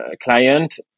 client